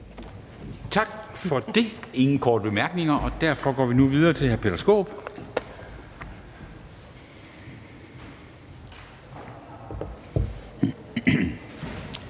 Tak for det. Der er ingen korte bemærkninger, og derfor går vi nu videre til hr. Peter